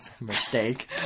mistake